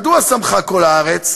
מדוע שמחה כל הארץ?